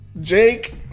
Jake